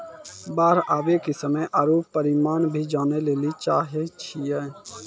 बाढ़ आवे के समय आरु परिमाण भी जाने लेली चाहेय छैय?